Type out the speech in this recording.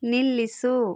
ನಿಲ್ಲಿಸು